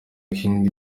king